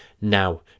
now